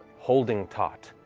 holding taut.